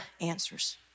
answers